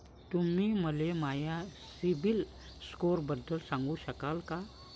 तुम्ही मले माया सीबील स्कोअरबद्दल सांगू शकाल का?